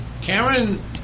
Cameron